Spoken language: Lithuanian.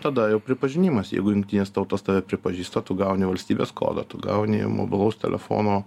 tada jau pripažinimas jeigu jungtinės tautos tave pripažįsta tu gauni valstybės kodą tu gauni mobilaus telefono